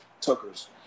Tucker's